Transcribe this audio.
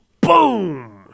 Boom